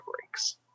breaks